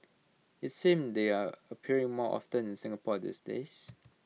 IT seems they're appearing more often in Singapore these days